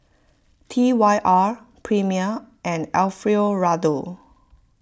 T Y R Premier and Alfio Raldo